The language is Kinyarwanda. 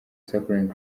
cycling